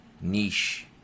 niche